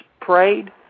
prayed